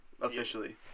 officially